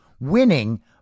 winning